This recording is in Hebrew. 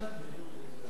"שַׁדֶה".